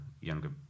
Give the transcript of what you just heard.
younger